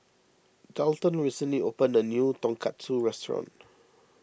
Daulton recently opened a new Tonkatsu restaurant